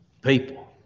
people